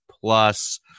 plus